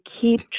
keep